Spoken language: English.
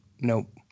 nope